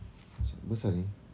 ah sia besar seh